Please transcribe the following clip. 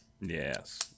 yes